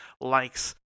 likes